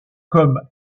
comme